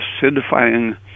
acidifying